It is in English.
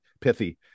pithy